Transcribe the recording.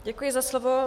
Děkuji za slovo.